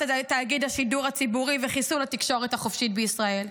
תאגיד השידור הציבורי וחיסול התקשורת החופשית בישראל.